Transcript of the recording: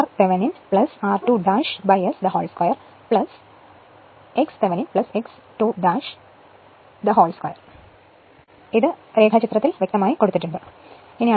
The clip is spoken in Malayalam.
അതിനാൽ PG 3 I2 2 r2 S ω S